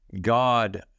God